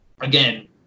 again